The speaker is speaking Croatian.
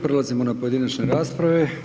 Prelazimo na pojedinačne rasprave.